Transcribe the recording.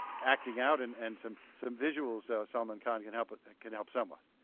acting out and and some some visuals, so salman khan, can help can help somewhat.